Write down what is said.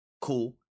Cool